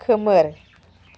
खोमोर